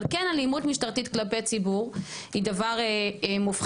אבל כן, אלימות משטרתית כלפי ציבור היא דבר מובחן.